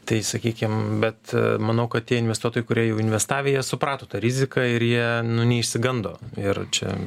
tai sakykim bet manau kad tie investuotojai kurie jau investavę jie suprato tą riziką ir jie nu neišsigando ir čia